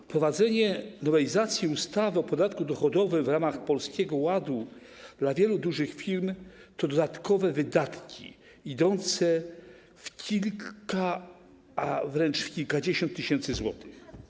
Wprowadzenie nowelizacji ustawy o podatku dochodowym w ramach Polskiego Ładu dla wielu dużych firm to dodatkowe wydatki, idące w kilka, a wręcz w kilkadziesiąt tysięcy złotych.